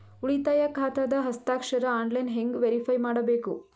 ಉಳಿತಾಯ ಖಾತಾದ ಹಸ್ತಾಕ್ಷರ ಆನ್ಲೈನ್ ಹೆಂಗ್ ವೇರಿಫೈ ಮಾಡಬೇಕು?